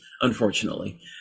unfortunately